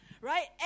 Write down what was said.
right